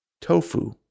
Tofu